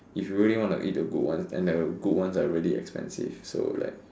if you really want to eat the good ones then the good ones are really expensive so like